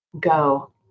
go